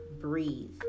breathe